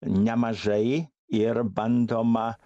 nemažai ir bandoma